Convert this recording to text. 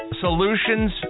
solutions